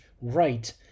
right